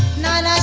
nine ah